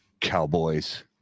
Cowboys